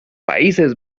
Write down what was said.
países